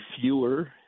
fewer